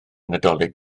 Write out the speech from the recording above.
nadolig